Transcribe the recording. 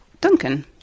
Duncan